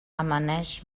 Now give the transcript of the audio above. amaneix